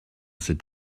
cet